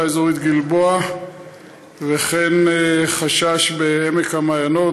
אזורית גלבוע וכן חשש בעמק המעיינות,